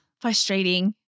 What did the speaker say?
Frustrating